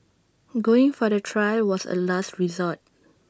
going for the trial was A last resort